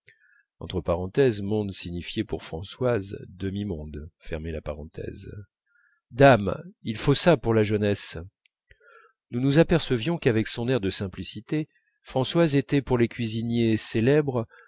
dame il faut ça pour la jeunesse nous nous apercevions qu'avec son air de simplicité françoise était pour les cuisiniers célèbres